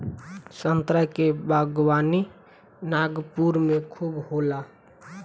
संतरा के बागवानी नागपुर में खूब होला